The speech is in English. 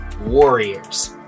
Warriors